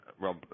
Rob